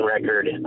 record